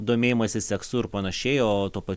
domėjimąsi seksu ir panašiai o tuo pa